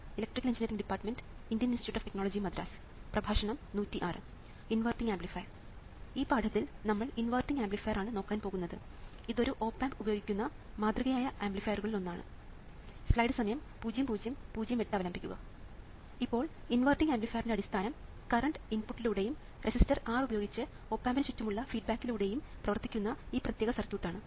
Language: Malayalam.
ഇപ്പോൾ ഇൻവെർട്ടിംഗ് ആംപ്ലിഫയറിന്റെ അടിസ്ഥാനം കറണ്ട് ഇൻപുട്ടിലൂടെയും റെസിസ്റ്റർ R ഉപയോഗിച്ച് ഓപ് ആമ്പിന് ചുറ്റുമുള്ള ഫീഡ്ബാക്കിലൂടെയും പ്രവർത്തിക്കുന്ന ഈ പ്രത്യേക സർക്യൂട്ടാണ്